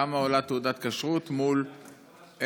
כמה עולה תעודת כשרות מול כמה